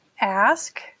ask